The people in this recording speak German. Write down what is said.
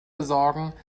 besorgen